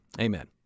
Amen